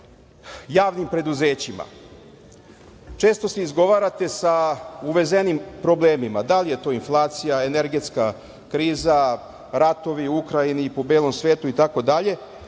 javnim preduzećima. Često se izgovarate sa uvezenim problemima, da li je to inflacija, energetska kriza, ratovi u Ukrajini, po belom svetu itd.